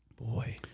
Boy